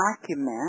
document